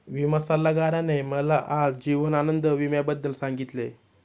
विमा सल्लागाराने मला आज जीवन आनंद विम्याबद्दल सांगितले